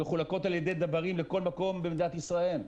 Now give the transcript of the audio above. מחולקות על ידי דוורים לכל מקום במדינת ישראל.